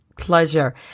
Pleasure